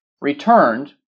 returned